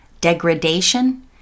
degradation